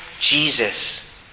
Jesus